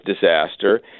disaster